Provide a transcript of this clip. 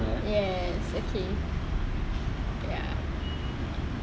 yes okay ya